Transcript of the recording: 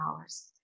hours